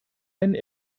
ein